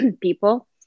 people